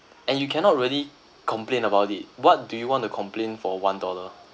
and you cannot really complain about it what do you want to complain for one dollar